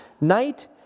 Night